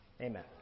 Amen